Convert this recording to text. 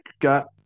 got